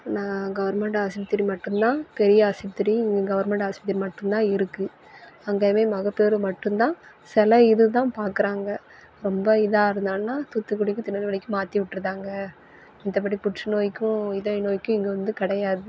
நான் கவர்மெண்டு ஆஸ்பத்திரி மட்டும் தான் பெரிய ஆஸ்பத்திரியும் இங்கே கவர்மெண்டு ஆஸ்பத்திரி மட்டும் தான் இருக்குது அங்கேயுமே மகப்பேறு மட்டுந்தான் சில இது தான் பார்க்குறாங்க ரொம்ப இதாக இருந்தாங்கன்னா தூத்துக்குடிக்கும் திருநெல்வேலிக்கும் மாற்றிவுட்ருதாங்க மத்தபடி புற்றுநோய்க்கும் இதய நோய்க்கும் இங்கே வந்து கிடையாது